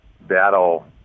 battle